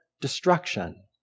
destruction